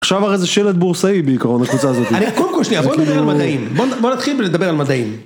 עכשיו איך זה שלד בורסאי בעיקרון הקבוצה הזאת. קודם כל שניה, קודם כל בוא נדבר על מדעים, בוא נתחיל לדבר על מדעים.